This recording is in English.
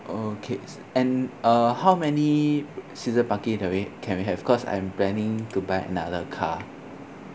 okay and uh how many season parking that we can we have cause I'm planning to buy another car